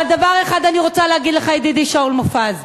אבל דבר אחד אני רוצה להגיד לך, ידידי שאול מופז: